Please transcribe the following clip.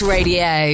Radio